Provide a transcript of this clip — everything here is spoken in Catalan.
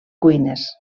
cuines